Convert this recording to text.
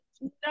No